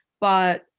But-